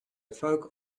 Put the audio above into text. folk